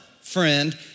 friend